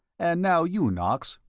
and now you, knox.